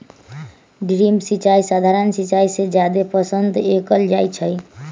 drip सिंचाई सधारण सिंचाई से जादे पसंद कएल जाई छई